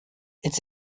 its